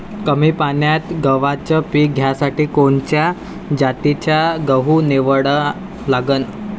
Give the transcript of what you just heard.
कमी पान्यात गव्हाचं पीक घ्यासाठी कोनच्या जातीचा गहू निवडा लागन?